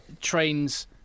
trains